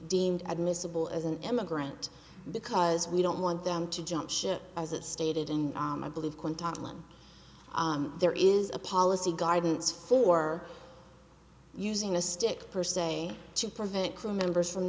deemed admissable as an immigrant because we don't want them to jump ship as it stated in i believe kentucky line there is a policy guidance for using a stick per se to prevent crew members from